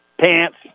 Pants